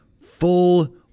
full